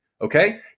Okay